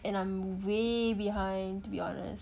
and I'm way behind to be honest